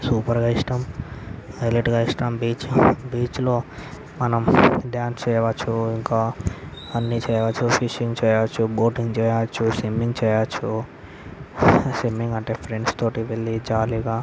సూపర్గా ఇష్టం హైలెట్గా ఇష్టం బీచ్ బీచ్లో మనం డ్యాన్స్ చేయవచ్చు ఇంకా అన్నీ చేయవచ్చు ఫిషింగ్ చేయవచ్చు బోటింగ్ చేయవచ్చు స్విమ్మింగ్ చేయవచ్చు స్విమ్మింగ్ అంటే ఫ్రెండ్స్తో వెళ్ళి జాలీగా